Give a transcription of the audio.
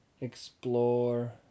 explore